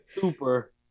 Super